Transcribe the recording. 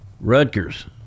Rutgers